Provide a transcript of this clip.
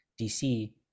DC